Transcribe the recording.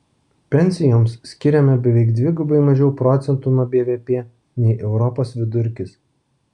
pensijoms skiriame beveik dvigubai mažiau procentų nuo bvp nei europos vidurkis